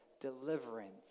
deliverance